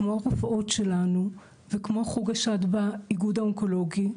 כמו רופאות שלנו וכמו חוג השד באיגוד האונקולוגי,